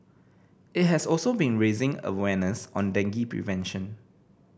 it has also been raising awareness on dengue prevention